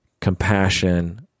compassion